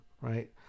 right